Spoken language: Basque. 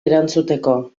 erantzuteko